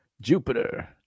jupiter